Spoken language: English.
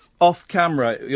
off-camera